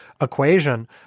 equation